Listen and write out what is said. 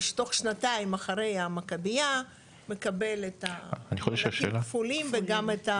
תוך שנתיים אחרי המכבייה מקבל את המענקים כפולים וגם את הסיוע הארוך.